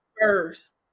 first